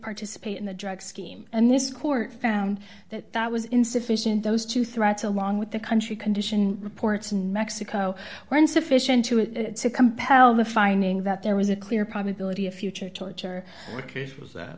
participate in the drug scheme and this court found that that was insufficient those two threats along with the country condition reports in mexico were insufficient to it to compel the finding that there was a clear probability of future torture